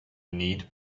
need